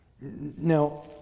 Now